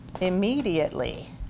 Immediately